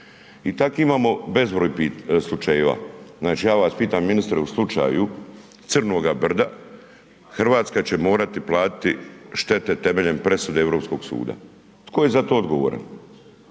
I takvih imamo bezbroj slučajeva. Znači ja vas pitam ministre u slučaju Crnoga brda Hrvatska će morati platiti štete temeljem presude Europskog suda, tko je za to odgovoran?